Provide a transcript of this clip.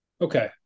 okay